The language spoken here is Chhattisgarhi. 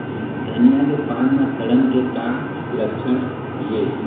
धनिया के पान म सड़न के का लक्षण ये?